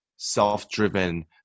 self-driven